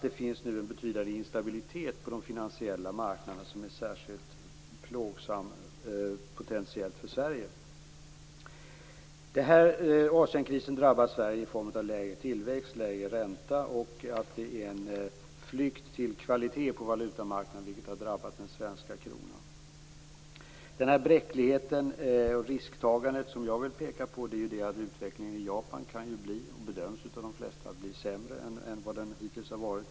Det finns nu en betydande instabilitet på de finansiella marknaderna som potentiellt är särskilt plågsam för Sverige. Asienkrisen drabbar Sverige i form av lägre tillväxt och lägre ränta. Det sker en flykt till kvalitet på valutamarknaden, vilket har drabbat den svenska kronan. Den bräcklighet och det risktagande som jag vill peka på består av att utvecklingen i Japan av de flesta bedöms bli sämre än vad den hittills har varit.